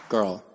Girl